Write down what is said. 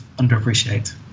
underappreciate